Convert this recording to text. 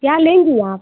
क्या लेंगी आप